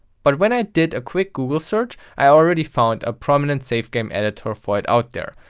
but when i did a quick google search i already found a prominent save game editor for it out there.